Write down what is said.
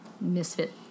misfit